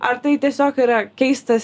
ar tai tiesiog yra keistas